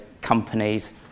companies